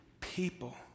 people